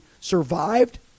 survived